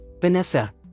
Vanessa